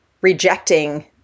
rejecting